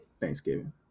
Thanksgiving